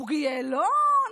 בוגי יעלון,